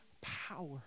power